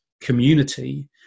community